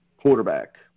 Quarterback